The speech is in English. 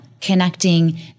connecting